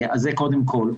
זה קודם כול.